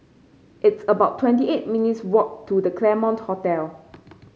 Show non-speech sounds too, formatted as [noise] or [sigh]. it's about twenty eight minutes' walk to The Claremont Hotel [noise]